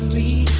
the